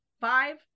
five